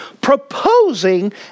proposing